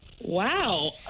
Wow